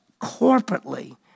corporately